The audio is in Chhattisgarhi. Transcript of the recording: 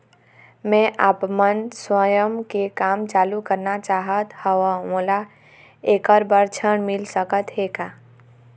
मैं आपमन स्वयं के काम चालू करना चाहत हाव, मोला ऐकर बर ऋण मिल सकत हे का?